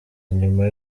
nyuma